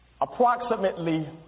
approximately